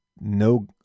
no